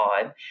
time